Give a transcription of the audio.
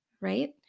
right